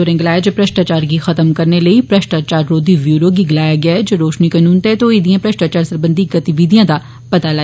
उनें गलाया जे भ्रष्टाचार गी खत्म करने लेई भ्रष्टाचार रोधी ब्यूरो गी गलाया ऐ जे रोशनी कनून तैहत होई दीएं भ्रष्टाचार सरबंधी गतिविधियें दा पता लान